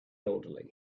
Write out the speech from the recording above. elderly